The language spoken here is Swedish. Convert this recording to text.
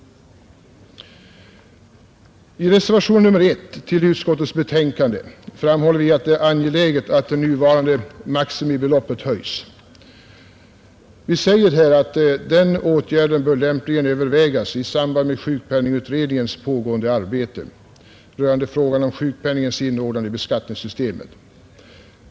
I reservationen 1 till utskottets betänkande framhåller vi reservanter att det är ”angeläget att det nuvarande maximibeloppet höjs”. Vi säger vidare: ”Denna åtgärd bör lämpligen övervägas i samband med sjukpenningutredningens pågående arbete rörande frågan om sjukpenningens inordnande i beskattningssystemet.